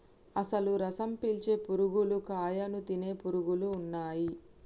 అసలు రసం పీల్చే పురుగులు కాయను తినే పురుగులు ఉన్నయ్యి